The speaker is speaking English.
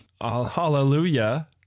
Hallelujah